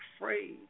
afraid